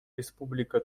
республика